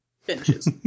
finishes